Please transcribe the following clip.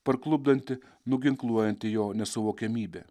parklupdanti nuginkluojanti jo nesuvokiamybę